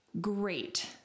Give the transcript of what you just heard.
Great